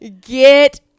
Get